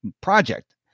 project